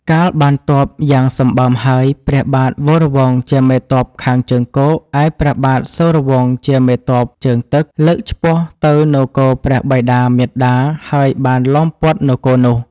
កាលបានទ័ព យ៉ាងសម្បើមហើយ ព្រះបាទវរវង្សជាមេទ័ពខាងជើងគោក ឯព្រះបាទសូរវង្សជាមេទ័ពជើងទឹក លើកឆ្ពោះ ទៅនគរព្រះបិតា-មាតា ហើយបានឡោមព័ទ្ធនគរនោះ។